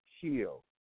heal